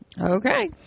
Okay